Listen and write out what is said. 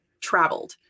traveled